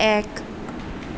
এক